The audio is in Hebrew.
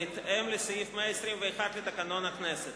בהתאם לסעיף 121 לתקנון הכנסת.